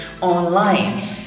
online